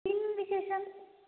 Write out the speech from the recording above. किं विशेषम्